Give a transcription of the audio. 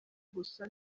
gusa